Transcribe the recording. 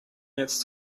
jetzt